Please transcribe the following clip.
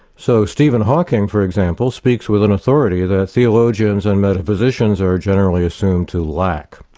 so stephen hawking, for example, speaks with an authority that theologians and metaphysicians are generally assumed to lack.